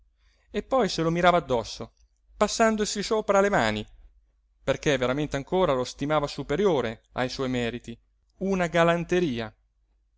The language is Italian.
e poi se lo mirava addosso passandoci sopra le mani perché veramente ancora lo stimava superiore a suoi meriti una galanteria